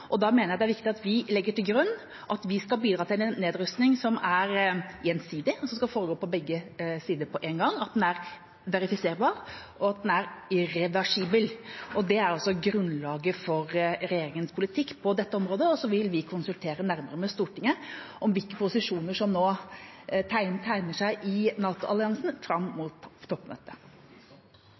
Da mener jeg det er viktig at vi legger til grunn at vi skal bidra til en nedrusting som er gjensidig, som skal foregå på begge sider på én gang, at den er verifiserbar, og at den er irreversibel. Det er grunnlaget for regjeringens politikk på dette området, og så vil vi konsultere nærmere med Stortinget om hvilke posisjoner som nå tegner seg i NATO-alliansen fram mot toppmøtet.